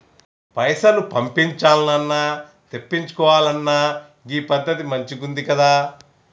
పైసలు పంపించాల్నన్నా, తెప్పిచ్చుకోవాలన్నా గీ పద్దతి మంచిగుందికదా